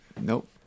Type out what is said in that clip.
Nope